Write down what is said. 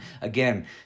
again